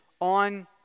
on